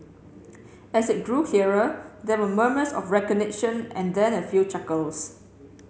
as it grew clearer there were murmurs of recognition and then a few chuckles